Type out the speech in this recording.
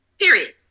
Period